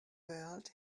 world